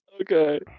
Okay